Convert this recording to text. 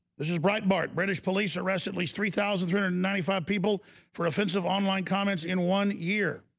this is breitbart british police arrest at least three thousand two hundred ninety five people for offensive online comments in one year